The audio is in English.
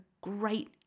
great